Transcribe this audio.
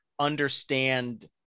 understand